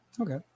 Okay